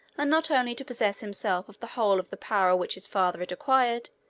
and not only to possess himself of the whole of the power which his father had acquired,